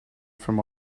from